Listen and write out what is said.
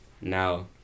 Now